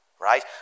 right